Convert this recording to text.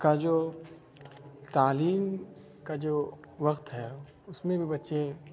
کا جو تعلیم کا جو وقت ہے اس میں بھی بچے